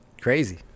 crazy